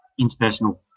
interpersonal